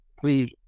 please